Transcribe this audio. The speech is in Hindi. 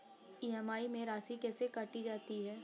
ई.एम.आई में राशि कैसे काटी जाती है?